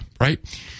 Right